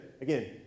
again